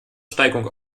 steigung